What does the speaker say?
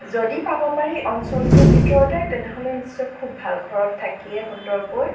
যদি পাব পাৰি অঞ্চলটোৰ ভিতৰতে তেনেহ'লে নিশ্চয় খুব ভাল ঘৰত থাকিয়েই সুন্দৰকৈ